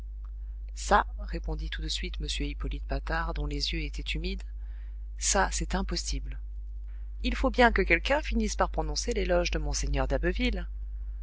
ça répondit tout de suite m hippolyte patard dont les yeux étaient humides ça c'est impossible il faut bien que quelqu'un finisse par prononcer l'éloge de mgr d'abbeville